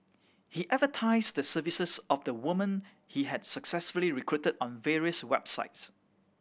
he advertised the services of the woman he had successfully recruited on various websites